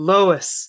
Lois